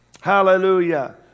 Hallelujah